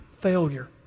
failure